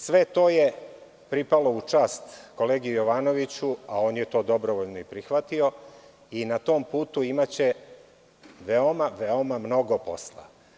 Sve to je pripalo u čast kolegi Jovanoviću, a on je to dobrovoljno prihvatio i na tom putu imaće veoma mnogo posla.